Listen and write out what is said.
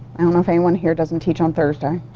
i don't know if anyone here doesn't teach on thursday,